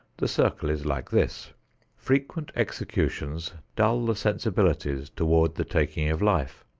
the circle is like this frequent executions dull the sensibilities toward the taking of life.